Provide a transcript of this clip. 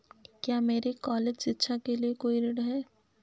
क्या मेरे कॉलेज शिक्षा के लिए कोई ऋण है?